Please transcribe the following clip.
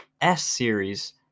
S-Series